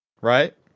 right